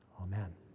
Amen